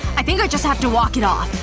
i think i just have to walk it off.